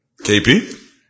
KP